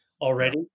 Already